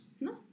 No